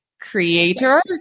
creator